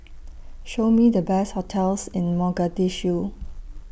Show Me The Best hotels in Mogadishu